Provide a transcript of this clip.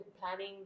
planning